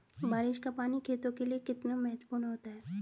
बारिश का पानी खेतों के लिये कितना महत्वपूर्ण होता है?